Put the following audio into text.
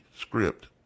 script